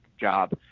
job